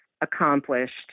accomplished